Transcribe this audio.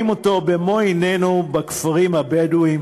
במו-עינינו, בכפרים הבדואיים,